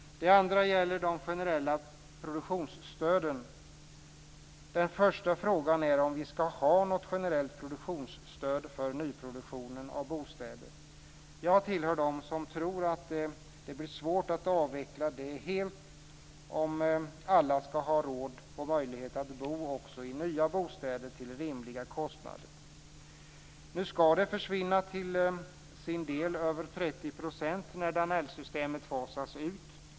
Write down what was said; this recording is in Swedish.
Det andra gäller de generella produktionsstöden. Den första frågan är om vi skall ha något generellt produktionsstöd för nyproduktion av bostäder. Jag hör till dem som tror att det blir svårt att avveckla det helt om alla skall ha råd och möjlighet att bo också i nya bostäder till rimliga kostnader. Nu skall den del av produktionsstödet som överstiger 30 % försvinna när Danellsystemet fasas ut.